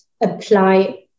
apply